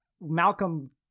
Malcolm